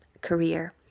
career